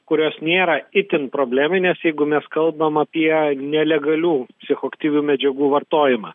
kurios nėra itin probleminės jeigu mes kalbam apie nelegalių psichoaktyvių medžiagų vartojimą